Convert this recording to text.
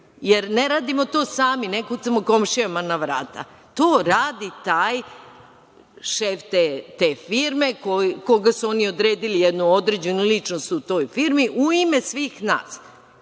jer ne radimo to sami, ne kucamo komšijama na vrata, to radi šef te firme koga su oni odredili, jednu određenu ličnost u toj firmi u ime svih nas.